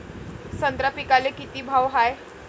संत्रा पिकाले किती भाव हाये?